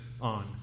on